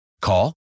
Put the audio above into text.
Call